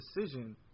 decision